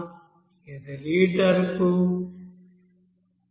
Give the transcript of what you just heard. ఇది లీటరుకు 0